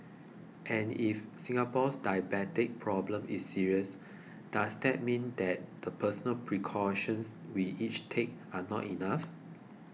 and if Singapore's diabetes problem is serious does that mean that the personal precautions we each take are not enough